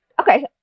Okay